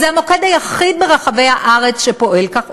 זה המוקד היחיד ברחבי הארץ שפועל כך,